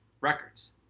records